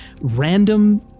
random